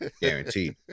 guaranteed